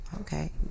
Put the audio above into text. Okay